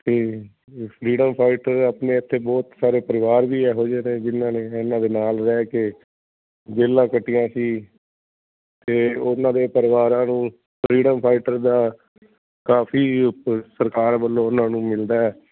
ਅਤੇ freedom fighter ਆਪਣੇ ਇੱਥੇ ਬਹੁਤ ਸਾਰੇ ਪਰਿਵਾਰ ਵੀ ਇਹੋ ਜਿਹੇ ਨੇ ਜਿਹਨਾਂ ਨੇ ਇਹਨਾਂ ਦੇ ਨਾਲ ਰਹਿ ਕੇ ਜੇਲਾਂ ਕੱਟੀਆਂ ਸੀ ਅਤੇ ਉਹਨਾਂ ਦੇ ਪਰਿਵਾਰਾਂ ਨੂੰ ਫਰੀਡਮ ਫਾਈਟਰ ਦਾ ਕਾਫੀ ਸਰਕਾਰ ਵੱਲੋਂ ਉਹਨਾਂ ਨੂੰ ਮਿਲਦਾ